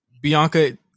Bianca